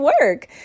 work